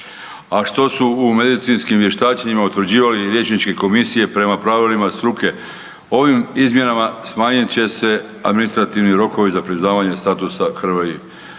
a što su u medicinskim vještačenjima utvrđivali liječničke komisije prema pravilima struke. Ovim izmjenama smanjit će se administrativni rokovi za priznavanje statusa HRVI.